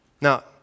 Now